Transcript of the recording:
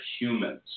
humans